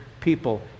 people